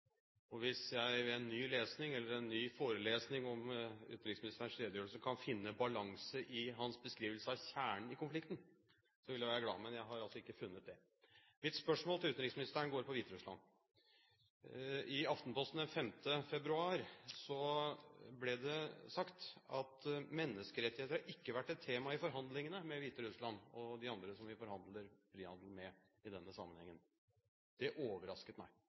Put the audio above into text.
Hvis jeg ved en ny lesning eller en ny forelesning om utenriksministerens redegjørelse kan finne balanse i hans beskrivelse av kjernen i konflikten, ville jeg være glad. Men jeg har altså ikke funnet det. Mitt spørsmål til utenriksministeren går på Hviterussland. I Aftenposten den 5. februar i år ble det sagt at menneskerettigheter ikke har vært et tema i forhandlingene med Hviterussland og de andre som vi i denne sammenheng forhandler om frihandel med. Det overrasket meg, for det